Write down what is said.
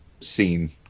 scene